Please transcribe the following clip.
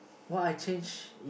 what I change